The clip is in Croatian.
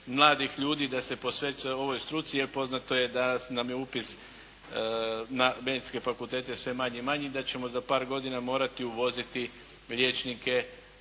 mladih ljudi da se posvećuje ovoj struci jer poznato je da nam je upis na medicinske fakultete sve manji i manji i da ćemo za par godina morati uvoziti liječnike,